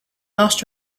lost